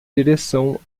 direção